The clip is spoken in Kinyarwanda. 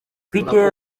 mfite